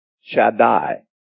Shaddai